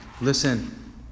Listen